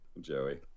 Joey